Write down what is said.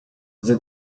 they